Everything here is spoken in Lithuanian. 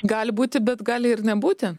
gali būti bet gali ir nebūti